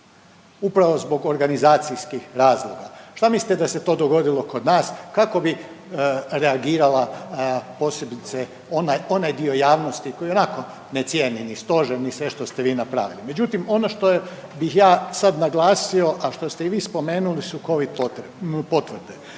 upravo zbog organizacijskih razloga. Što mislite da se to dogodilo kod nas kako bi reagirala posebice onaj dio javnosti koji ionako ne cijeni ni stožer ni sve što ste vi napravili? Međutim ono što bih ja sada naglasio, a što ste i vi spomenuli su Covid potvrde.